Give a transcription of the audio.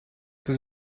das